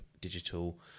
digital